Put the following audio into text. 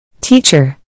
Teacher